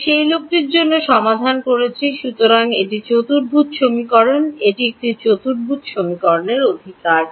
আমি সেই লোকটির জন্য সমাধান করার চেষ্টা করছি সুতরাং এটি চতুর্ভুজ সমীকরণ এটি একটি চতুর্ভুজ সমীকরণ অধিকার